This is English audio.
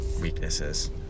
weaknesses